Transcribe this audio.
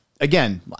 Again